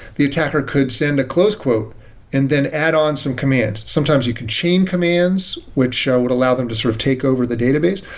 the attacker could send a close quote and then add on some commands. sometimes you can chain commands, which would allow them to sort of take over the database.